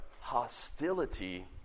Hostility